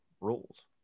rules